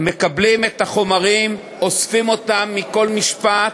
מקבלים את החומרים, אוספים אותם מכל משפט,